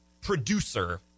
producer